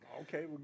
Okay